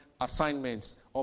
assignments